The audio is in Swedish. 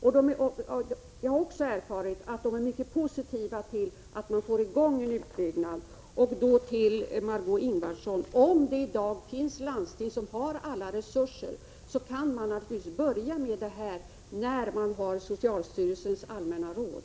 Jag har också erfarit att man inom Landstingsförbundet är positiv till en utbyggnad. Om det i dag finns landsting som har alla resurser, Margé Ingvardsson, kan de naturligtvis starta denna verksamhet när de har fått socialstyrelsens allmänna råd.